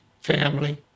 family